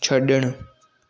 छड॒णु